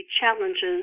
challenges